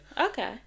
Okay